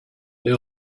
they